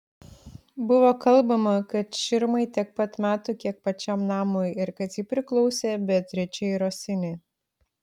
buvo kalbama kad širmai tiek pat metų kiek pačiam namui ir kad ji priklausė beatričei rosini